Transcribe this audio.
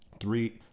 Three